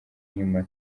inyuma